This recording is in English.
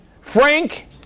Frank